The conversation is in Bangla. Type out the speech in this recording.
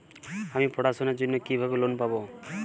আমি পড়াশোনার জন্য কিভাবে লোন পাব?